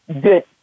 good